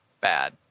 bad